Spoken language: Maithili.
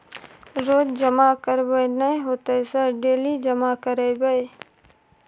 रोज जमा करबे नए होते सर डेली जमा करैबै?